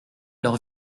leurs